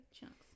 chunks